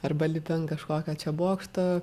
arba lipi ant kažkokio čia bokšto